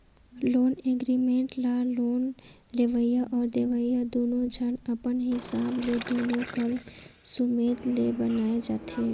loan agreement ल loan लेवइया अउ देवइया दुनो झन अपन हिसाब ले दुनो कर सुमेत ले बनाए जाथें